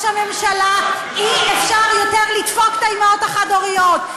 הממשלה: אי-אפשר יותר לדפוק את האימהות החד-הוריות.